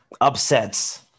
upsets